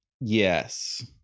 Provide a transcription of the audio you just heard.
Yes